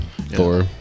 Thor